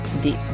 deep